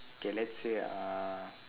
okay let's say uh